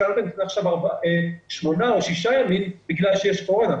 ייתן עכשיו שמונה או שישה ימים בגלל שיש קורונה?